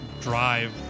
drive